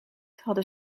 hadden